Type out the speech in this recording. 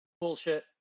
Bullshit